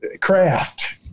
craft